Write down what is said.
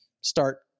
start